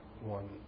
one